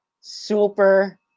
super